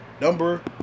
number